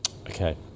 Okay